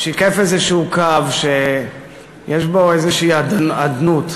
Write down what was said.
שיקף איזשהו קו שיש בו איזושהי אדנות.